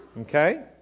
Okay